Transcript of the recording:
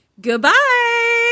Goodbye